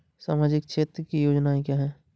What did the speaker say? सामाजिक क्षेत्र की योजनाएँ क्या हैं?